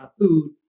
food